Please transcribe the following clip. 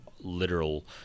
literal